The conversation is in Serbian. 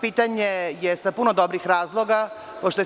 Pitanje je sa puno dobrih razloga postavljeno.